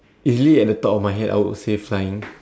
easily at the top of my head I would say flying